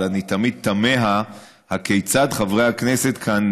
אבל אני תמיד תמה כיצד חברי הכנסת כאן